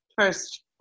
first